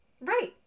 Right